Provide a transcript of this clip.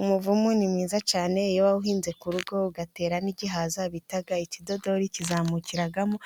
Umuvumu ni mwiza cyane iyo wawuhinze ku rugo, ugatera n'igihaza bita ikidodoki kizamukiramo,